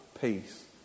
peace